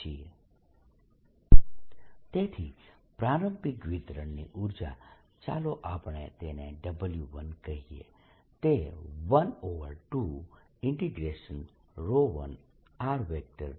1r2r1rf2 10≤f≤1 V1rV2rV1rf2 10≤f≤1 તેથી પ્રારંભિક વિતરણની ઉર્જા ચાલો આપણે તેને W1 કહીએ તે 121rV1rdV થશે